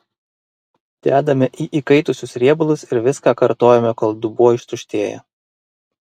dedame į įkaitusius riebalus ir viską kartojame kol dubuo ištuštėja